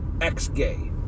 ex-gay